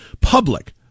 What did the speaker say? public